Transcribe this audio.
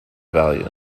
value